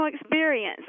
experience